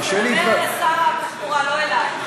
קשה, תפנה לשר התחבורה, לא אלי.